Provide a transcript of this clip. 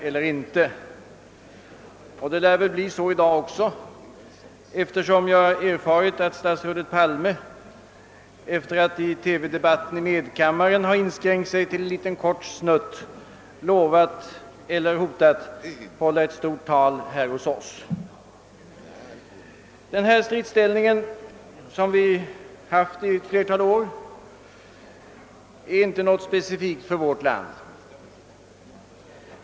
Det lär väl bli så i dag också, eftersom jag erfarit att statsrådet Palme, efter att i TV debatten i medkammaren ha inskränkt sig — för att citera honom själv — till en liten kort »snutt», lovat — eller hotat — att hålla ett stort tal här hos oss. Denna stridsställning, som vi intagit i ett flertal år, är inte något specifikt för vårt land.